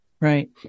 Right